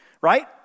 right